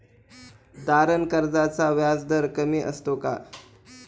तारण कर्जाचा व्याजदर कमी असतो का?